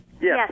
Yes